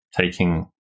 taking